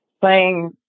playing